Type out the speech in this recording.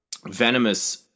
venomous